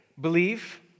believe